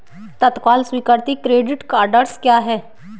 तत्काल स्वीकृति credit cards क्या हैं?